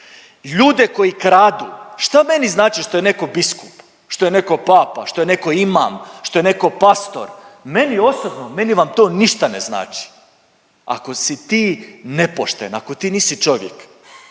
ljude koji kradu, šta meni znače šta je netko biskup? Što je netko papa, što je netko imam, što je netko pastor? Meni osobno, meni vam to ništa ne znači, ako si ti nepošten, ako ti nisi čovjek